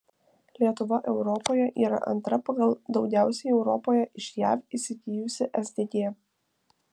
lietuva europoje yra antra pagal daugiausiai europoje iš jav įsigijusi sgd